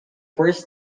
first